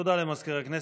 תודה למזכיר הכנסת.